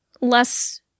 less